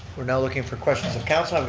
we're now looking for questions of council.